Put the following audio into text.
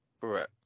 correct